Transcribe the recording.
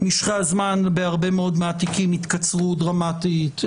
משכי הזמן בהרבה מאוד מהתיקים התקצרו דרמטית,